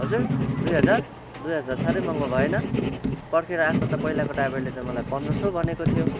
हजुर दुई हजार दुई हजार साह्रै महँगो भएन पर्खेर आएको पहिलाको ड्राइभरले त मलाई पन्ध्र सौ भनेको थियो